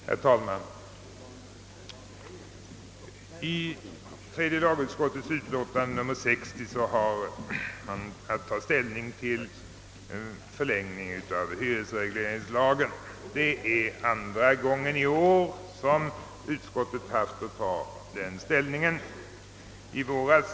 Herr talman! I tredje lagutskottets förevarande utlåtande behandlas frågan om en förlängning av hyresregleringslagen. Det är andra gången i år som utskottet haft att ta ställning till den frågan.